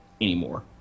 anymore